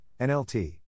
NLT